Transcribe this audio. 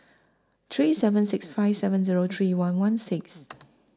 three seven six five seven Zero three one one six